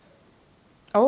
oh